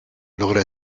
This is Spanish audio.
logra